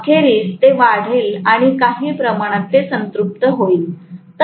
परंतु अखेरीस ते वाढेल आणि काही प्रमाणात ते संतृप्त होईल